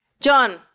John